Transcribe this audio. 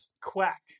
Quack